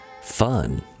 fun